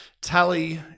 Tally